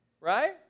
Right